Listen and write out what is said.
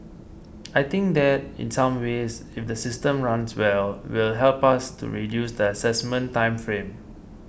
I think that in some ways if the system runs well will help us to reduce the assessment time frame